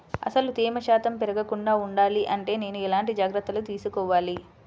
అసలు తేమ శాతం పెరగకుండా వుండాలి అంటే నేను ఎలాంటి జాగ్రత్తలు తీసుకోవాలి?